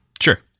sure